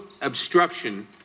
obstruction